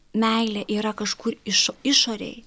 meilė yra kažkur iš išorėj